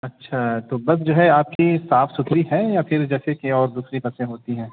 اچھا تو بس جو ہے آپ کی صاف ستھری ہے یا پھر جیسے کہ اور دوسری بسیں ہوتی ہیں